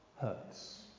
hurts